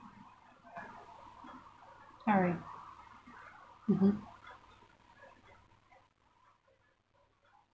alright mmhmm